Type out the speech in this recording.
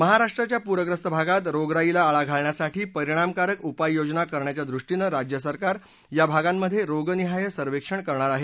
महाराष्ट्राच्या पूर्यस्त भागात रोगराईला आळा घालण्यासाठी परिणामकारक उपाय योजना करण्याच्या दृष्टीनं राज्यसरकार या भागांमधे रोगनिहाय सर्वेक्षण करणार आहे